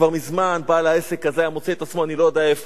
כבר מזמן בעל העסק הזה היה מוצא את עצמו אני לא יודע איפה,